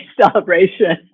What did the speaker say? celebration